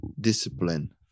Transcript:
discipline